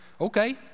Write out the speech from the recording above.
okay